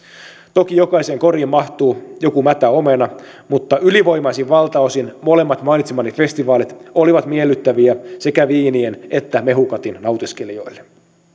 toki jokaiseen koriin mahtuu joku mätä omena mutta ylivoimaisin valtaosin molemmat mainitsemani festivaalit olivat miellyttäviä sekä viinien että mehukatin nautiskelijoille